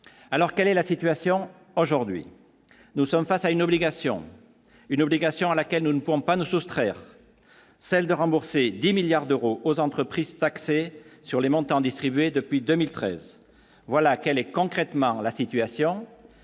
alors quelle est la situation aujourd'hui, nous sommes face à une obligation, une obligation à laquelle nous ne pouvons pas nous soustraire celle de rembourser 10 milliards d'euros aux entreprises taxées sur les montants distribués depuis 2013 voilà quel est concrètement la situation